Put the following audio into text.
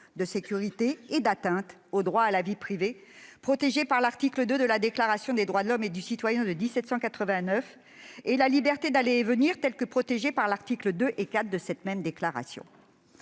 de sécurité et d'atteinte au droit à la vie privée, protégée par l'article 2 de la Déclaration des droits de l'homme et du citoyen de 1789, ainsi qu'à la liberté d'aller et venir, protégée par les articles 2 et 4 de cette même déclaration.